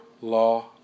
law